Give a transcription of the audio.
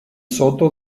soto